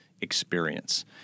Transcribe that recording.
experience